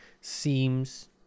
seems